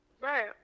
Right